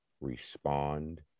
respond